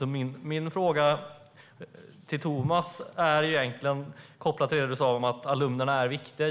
Låt mig ställa en fråga till Thomas Strand kopplat till vad han sa om att alumnerna är viktiga.